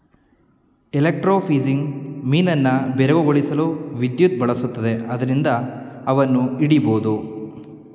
electrofishing ಮೀನನ್ನು ಬೆರಗುಗೊಳಿಸಲು ವಿದ್ಯುತ್ ಬಳಸುತ್ತದೆ ಆದ್ರಿಂದ ಅವನ್ನು ಹಿಡಿಬೋದು